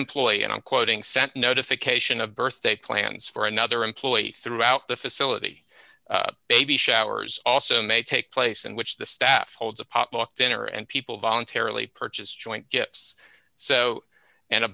i'm quoting sent notification of birthday plans for another employee throughout the facility baby showers also may take place in which the staff holds a potluck dinner and people voluntarily purchase joint gifts so and a